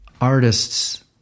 artists